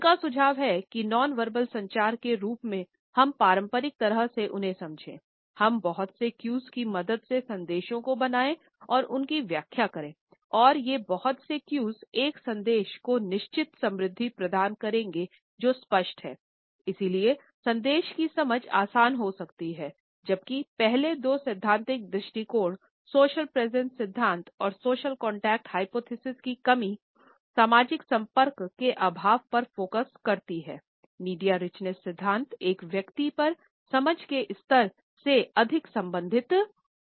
उनका सुझाव है कि नॉन वर्बल सिद्धांत एक व्यक्ति पर समझ के स्तर से अधिक संबंधित है